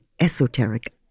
esoteric